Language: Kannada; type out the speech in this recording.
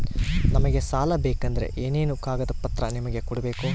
ನಮಗೆ ಸಾಲ ಬೇಕಂದ್ರೆ ಏನೇನು ಕಾಗದ ಪತ್ರ ನಿಮಗೆ ಕೊಡ್ಬೇಕು?